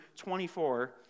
24